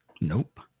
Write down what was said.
Nope